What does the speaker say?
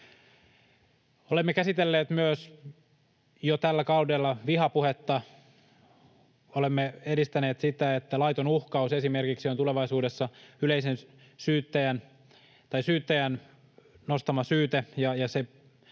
Olemme käsitelleet myös jo tällä kaudella vihapuhetta. Olemme edistäneet esimerkiksi sitä, että laiton uhkaus on tulevaisuudessa syyttäjän nostama syyte